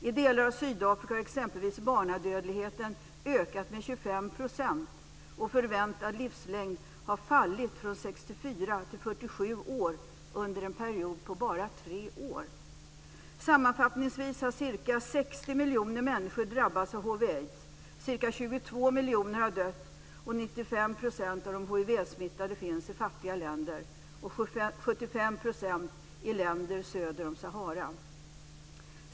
I delar av Sydafrika har exempelvis barnadödligheten ökat med 25 %, och förväntad livslängd har fallit från 64 till 47 år under en period av bara tre år. Sammanfattningsvis har ca 60 miljoner människor drabbats av hiv/aids. Ca 22 miljoner har dött. 95 % av de hivsmittade finns i fattiga länder, 75 % i länder söder om Sahara.